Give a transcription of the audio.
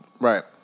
Right